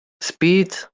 speed